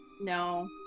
no